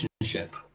relationship